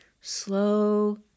slow